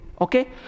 okay